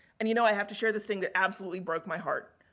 and, you know, i have to show this thing that absolutely broke my heart.